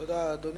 תודה, אדוני.